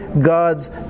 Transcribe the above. God's